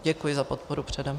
Děkuji za podporu předem.